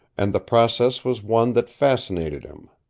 and the process was one that fascinated him.